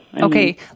Okay